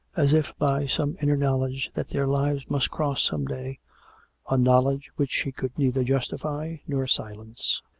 as if by some inner knowledge that their lives must cross some day a knowledge which she could neither justify nor silence.